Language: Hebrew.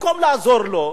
במקום לעזור לו,